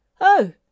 Oh